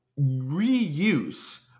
reuse